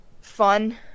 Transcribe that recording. fun